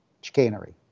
chicanery